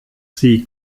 sie